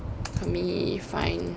let me find